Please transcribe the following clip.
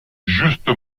juste